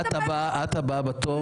את הבאה בתור.